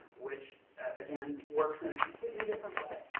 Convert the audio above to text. which, again, works in a completely different way.